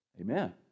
Amen